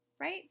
right